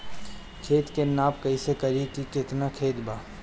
खेत के नाप कइसे करी की केतना खेत बा?